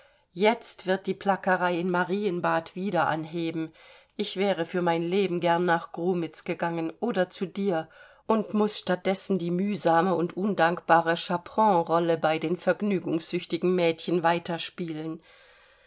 jetzt wird die plackerei in marienbad wieder anheben ich wäre für mein leben gern nach grumitz gegangen oder zu dir und muß statt dessen die mühsame und undankbare chaperon rolle bei den vergnügungssüchtigen mädchen weiterspielen